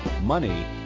money